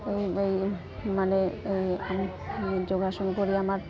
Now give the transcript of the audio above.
এই এই মানে এই আমি যোগাসন কৰি আমাৰ